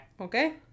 okay